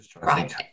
Right